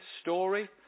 story